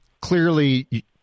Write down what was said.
clearly